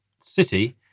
city